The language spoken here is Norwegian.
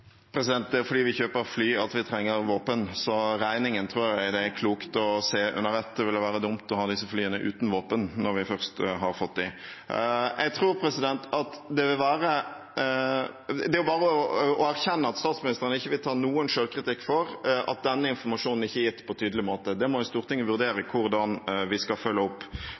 Det er fordi vi kjøper fly at vi trenger våpen. Så regningen tror jeg det vil være klokt å se under ett. Det vil være dumt å ha disse flyene uten våpen når vi først har fått dem.11:22:48 Det er bare å erkjenne at statsministeren ikke vil ta noen selvkritikk for at denne informasjonen ikke er gitt på tydelig måte. Det må Stortinget vurdere hvordan vi skal følge opp.